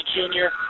Junior